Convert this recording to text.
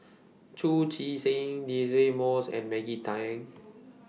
Chu Chee Seng Deirdre Moss and Maggie Teng